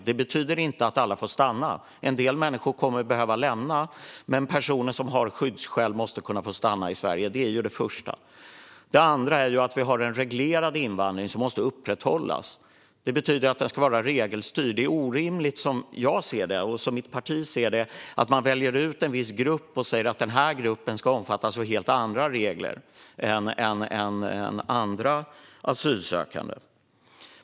Det betyder inte att alla får stanna - en del människor kommer att behöva lämna landet - men personer som har skyddsskäl måste kunna få stanna i Sverige. Detta är den första saken. Den andra är att vi har en reglerad invandring som måste upprätthållas. Det betyder att den ska vara regelstyrd. Som jag och mitt parti ser det är det orimligt att man väljer ut en viss grupp och säger att denna grupp ska omfattas av helt andra regler än andra asylsökande.